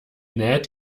näht